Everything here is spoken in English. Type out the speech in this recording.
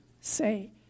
say